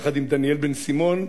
יחד עם דניאל בן-סימון,